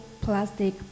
plastic